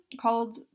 called